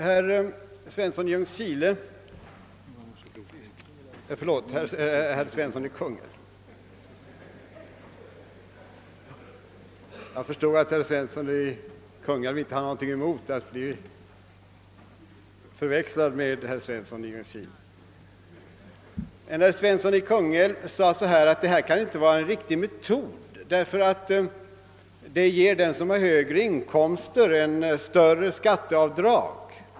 herr Svensson i Kungälv — jag förstår att han inte har något emot att bli förväxlad med herr Svensson i Ljungskile — sade att avdragsprincipen inte kan vara riktig därför att den ger större skatteavdrag åt den som har större inkomster.